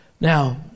Now